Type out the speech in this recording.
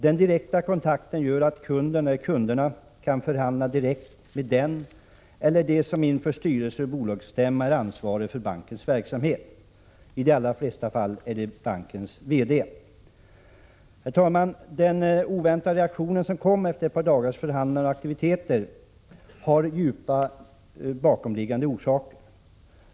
Den direkta kontakten gör att kunderna kan förhandla direkt med den eller dem som inför styrelse och bolagsstämma är ansvariga för bankens verksamhet. I de allra flesta fall är det bankens verkställande direktör. Herr talman! Den oväntade reaktionen som kom efter ett par dagars förhandlande och aktiviteter har djupa bakomliggande orsaker.